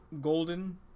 golden